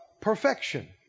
perfection